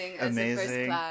Amazing